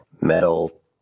metal